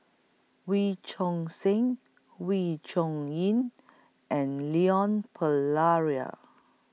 Wee Choon Seng Wee Chong Yin and Leon Perera